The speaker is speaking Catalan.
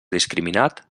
discriminat